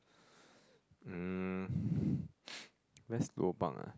um best lobang ah